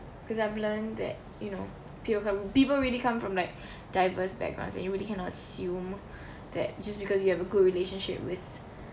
because I've learnt that you know peopl~ come people really come from like diverse backgrounds and you really cannot assume that just because you have a good relationship with